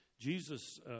Jesus